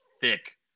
thick